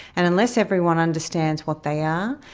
and unless everyone understands what they are,